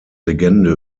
legende